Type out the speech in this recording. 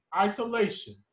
isolation